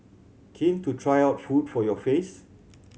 keen to try out food for your face